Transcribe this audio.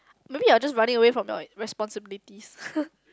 maybe you are just running away from your responsibilities